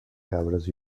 cabres